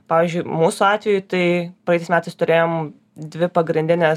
pavyzdžiui mūsų atveju tai praeitais metais turėjom dvi pagrindines